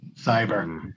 cyber